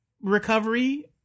recovery